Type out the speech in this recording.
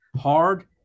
hard